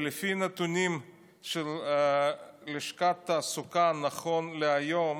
לפי נתונים של לשכת התעסוקה, נכון להיום